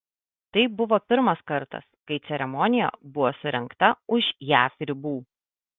tai buvo pirmas kartas kai ceremonija buvo surengta už jav ribų